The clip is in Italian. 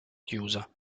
chiusa